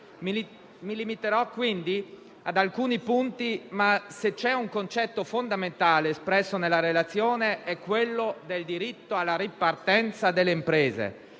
Mi limiterò quindi ad alcuni punti, ma, se c'è un concetto fondamentale espresso nella relazione, è quello del diritto alla ripartenza delle imprese.